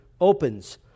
opens